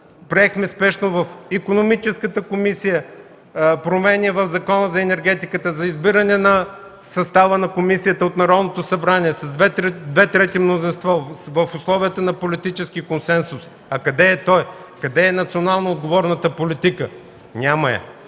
приехме спешно промени в Закона за енергетиката, за избиране състава на комисията от Народното събрание с две трети мнозинство, в условията на политически консенсус! А къде е той? Къде е национално отговорната политика? Няма я.